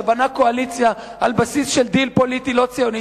שבנה קואליציה על בסיס של דיל פוליטי לא ציוני,